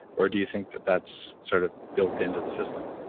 or do you think that that's sort of built into the system?